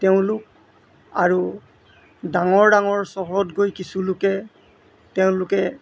তেওঁলোক আৰু ডাঙৰ ডাঙৰ চহৰত গৈ কিছুলোকে তেওঁলোকে